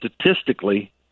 statistically